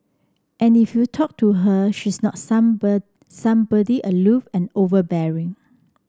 and if you talk to her she's not somebody aloof and overbearing